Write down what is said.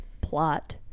plot